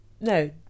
no